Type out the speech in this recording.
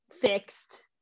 fixed